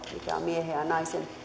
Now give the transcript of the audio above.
miehen ja naisen